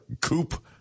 Coop